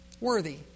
Worthy